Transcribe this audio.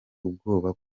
ubwoba